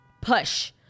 push